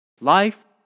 Life